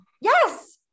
Yes